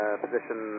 position